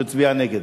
שהצביע נגד.